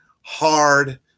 hard